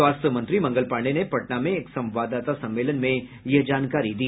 स्वास्थ्य मंत्री मंगल पांडेय ने पटना में एक संवाददाता सम्मेलन में यह जानकारी दी